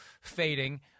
fading